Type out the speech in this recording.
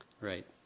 Right